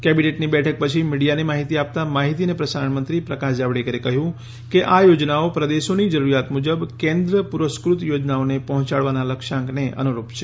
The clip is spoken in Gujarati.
કેબિનેટની બેઠક પછી મીડિયાને માહિતી આપતાં માહિતી અને પ્રસારણ મંત્રી પ્રકાશ જાવડેકરે કહ્યું કે આ યોજનાઓ પ્રદેશોની જરૂરિયાત મુજબ કેન્દ્ર પુરસ્કૃત યોજનાઓને પહોચાડવાના લક્ષ્યાંકને અનુરૂપ છે